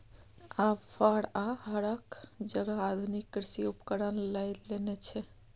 आब फार आ हरक जगह आधुनिक कृषि उपकरण लए लेने छै